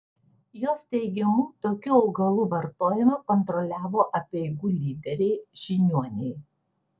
jos teigimu tokių augalų vartojimą kontroliavo apeigų lyderiai žiniuoniai